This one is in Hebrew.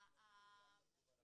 זה כתוב גם בתשובה